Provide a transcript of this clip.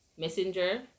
Messenger